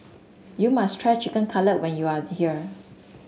you must try Chicken Cutlet when you are here